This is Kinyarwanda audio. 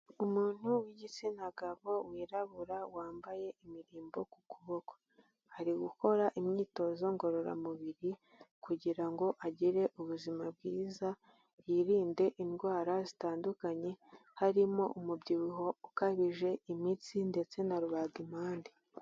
Umuntu w'igitsina gabo, wirabura, wambaye imirimbo ku kuboko. Ari gukora imyitozo ngororamubiri kugira ngo agire ubuzima bwiza, yirinde indwara zitandukanye harimo umubyibuho ukabije, imitsi ndetse na rubagimpande.